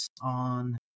on